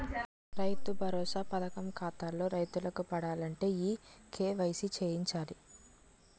రైతు భరోసా పథకం ఖాతాల్లో రైతులకు పడాలంటే ఈ కేవైసీ చేయించాలి